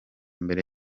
mbere